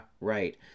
right